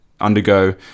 undergo